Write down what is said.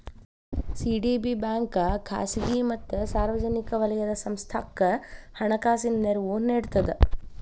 CDB bank ಖಾಸಗಿ ಮತ್ತ ಸಾರ್ವಜನಿಕ ವಲಯದ ಸಂಸ್ಥಾಕ್ಕ ಹಣಕಾಸಿನ ನೆರವು ನೇಡ್ತದ